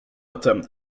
attempt